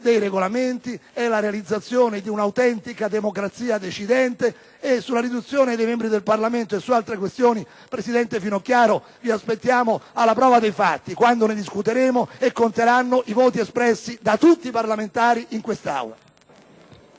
dei Regolamenti, è la realizzazione di un'autentica democrazia decidente. Per quanto riguarda la riduzione dei membri del Parlamento e altre questioni, presidente Finocchiaro, vi aspettiamo alla prova dei fatti, quando ne discuteremo e conteranno i voti espressi da tutti i parlamentari in Aula.